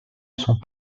sont